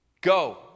go